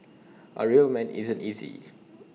A real man isn't easy